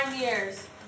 years